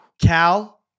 Cal